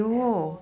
and for